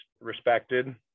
respected